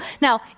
Now